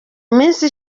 minsi